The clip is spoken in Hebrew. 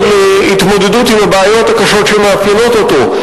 להתמודדות עם הבעיות הקשות שמאפיינות אותו,